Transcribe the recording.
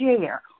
share